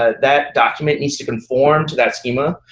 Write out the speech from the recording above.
ah that document needs to conform to that schema.